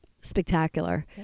spectacular